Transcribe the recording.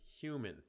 human